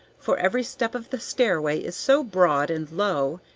for every step of the stairway is so broad and low,